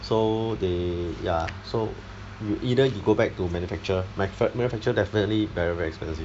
so they ya so you either you go back to manufacturer manuf~ manufacturer definitely very very expensive